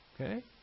Okay